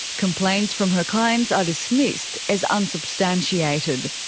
complaints from her clients are dismissed as unsubstantiated.